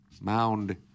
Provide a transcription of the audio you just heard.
Mound